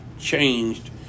changed